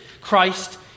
Christ